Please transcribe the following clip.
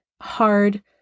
hard